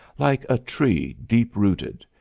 like a tree deep-rooted,